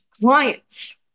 clients